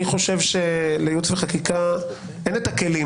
אני חושב שלייעוץ וחקיקה אין את הכלים